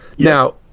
Now